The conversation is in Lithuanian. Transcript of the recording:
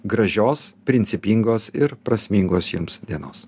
gražios principingos ir prasmingos jums dienos